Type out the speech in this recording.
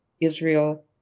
Israel